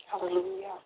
hallelujah